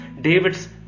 David's